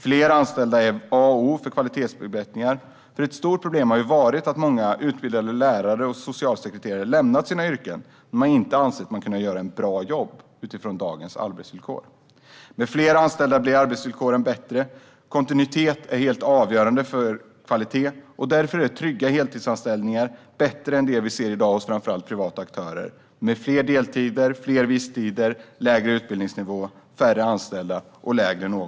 Fler anställda är A och O för kvalitetsförbättringar. Ett stort problem har ju varit att många utbildade lärare och socialsekreterare har lämnat sina yrken därför att de inte har ansett sig kunna göra ett bra jobb med dagens arbetsvillkor. Med fler anställda blir arbetsvillkoren bättre. Kontinuitet är avgörande för kvalitet. Därför är trygga heltidsanställningar bättre än det vi i dag ser hos framför allt privata aktörer, med fler deltider, fler visstider, lägre utbildningsnivå, färre anställda och lägre löner.